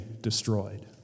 destroyed